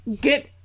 get